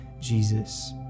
Jesus